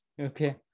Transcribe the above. Okay